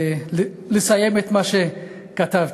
לסיים את מה שכתבתי.